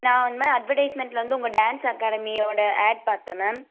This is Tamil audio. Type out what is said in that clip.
நான் அட்வடைஸ்மெண்ட்டில் வந்து உங்கள் டான்ஸ் அகாடமியோட ஆட் பார்த்தேன் மேம்